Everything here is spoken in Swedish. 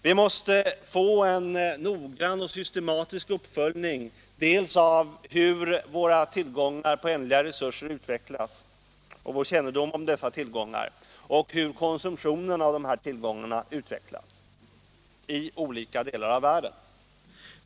Vi måste få en noggrann och systematisk uppföljning dels av hur våra tillgångar på ändliga resurser förändras, dels av hur konsumtionen av dessa tillgångar utvecklas i olika delar av världen.